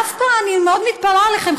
דווקא אני מאוד מתפלאת עליכם,